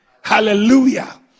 Hallelujah